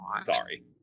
Sorry